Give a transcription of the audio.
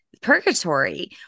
Purgatory